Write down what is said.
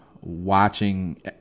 watching